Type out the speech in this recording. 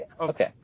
Okay